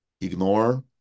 Ignore